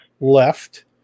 left